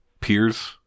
peers